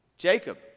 Jacob